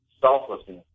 selflessness